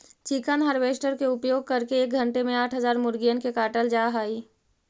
chicken harvester के उपयोग करके एक घण्टे में आठ हजार मुर्गिअन के काटल जा हई